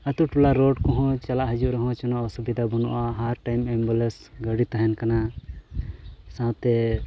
ᱟᱹᱛᱩ ᱴᱚᱞᱟ ᱨᱳᱰ ᱠᱚᱦᱚᱸ ᱪᱟᱞᱟᱜ ᱦᱤᱡᱩᱜ ᱨᱮᱦᱚᱸ ᱪᱮᱫ ᱦᱚᱸ ᱚᱥᱩᱵᱤᱫᱷᱟ ᱵᱟᱹᱱᱩᱜᱼᱟ ᱦᱟᱨ ᱴᱟᱭᱤᱢ ᱵᱚᱞᱮ ᱜᱟᱹᱰᱤ ᱛᱟᱦᱮᱱ ᱠᱟᱱᱟ ᱥᱟᱶᱛᱮ